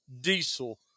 diesel